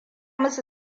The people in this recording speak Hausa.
musu